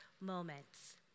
moments